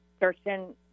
searching